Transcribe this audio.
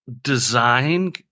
design